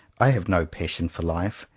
i have no passion for life,